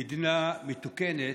במדינה מתוקנת,